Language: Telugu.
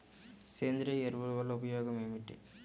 సేంద్రీయ ఎరువుల వల్ల ఉపయోగమేమిటీ?